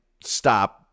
Stop